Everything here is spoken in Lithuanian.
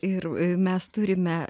ir mes turime